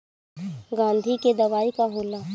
गंधी के दवाई का होला?